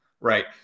right